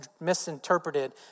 misinterpreted